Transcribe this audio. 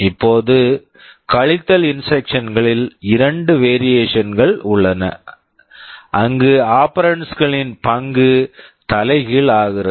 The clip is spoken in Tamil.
இப்போது கழித்தல் இன்ஸ்ட்ரக்க்ஷன்ஸ் instructions களில் இரண்டு வேரியேஷன் variation கள் உள்ளன அங்கு ஆபெரண்ட்ஸ் operands களின் பங்கு தலைகீழ் ஆகிறது